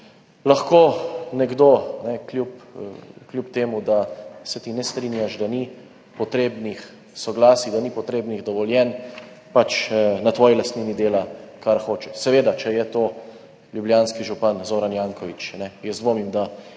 lahko nekdo, kljub temu, da se ti ne strinjaš, da ni potrebnih soglasij, da ni potrebnih dovoljenj, pač na tvoji lastnini dela, kar hoče. Seveda, če je to ljubljanski župan Zoran Janković. Jaz dvomim, da